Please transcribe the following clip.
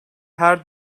her